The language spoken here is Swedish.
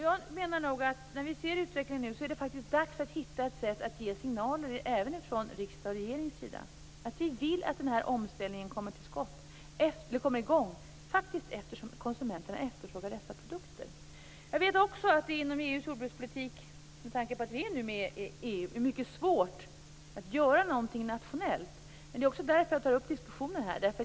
Jag menar nog att det, när vi nu ser utvecklingen, faktiskt är dags att hitta ett sätt att ge signaler även från riksdagens och regeringens sida, att vi vill att den här omställningen kommer i gång, eftersom konsumenterna efterfrågar dessa produkter. Jag vet också att det inom EU:s jordbrukspolitik - med tanke på att vi nu är med i EU - är mycket svårt att göra någonting nationellt. Men det är också därför jag tar upp diskussionen här.